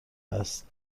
است